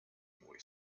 boy